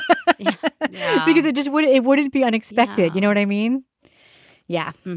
but because it just would it wouldn't be unexpected. you know what i mean yeah.